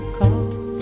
call